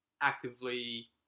actively